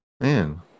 man